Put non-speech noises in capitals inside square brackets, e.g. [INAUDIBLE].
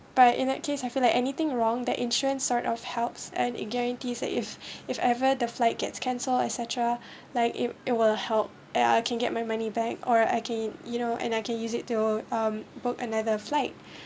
but in that case I feel like anything wrong that insurance sort of helps and it guarantees that if [BREATH] if ever the flight gets cancelled et cetera [BREATH] like if it will help and I can get my money back or I can you know and I can use it to um book another flight